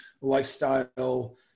lifestyle